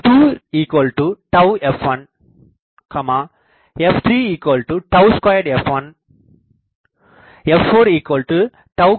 f2f1 f32f1 f43f1